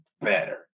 better